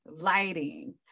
lighting